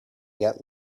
get